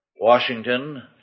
Washington